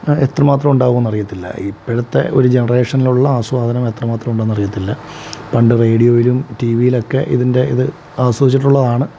എത്രമാത്രം ഉണ്ടാകുമെന്ന് അറിയത്തില്ല ഇപ്പോഴത്തെ ഒരു ജനറേഷനിലുള്ള ആസ്വാദനം എത്രമാത്രം ഉണ്ടെന്നറിയത്തില്ല പണ്ട് റേഡിയോയിലും ടി വിയിലുമൊക്കെ ഇതിൻ്റെ ഇത് ആസ്വദിച്ചിട്ടുള്ളതാണ്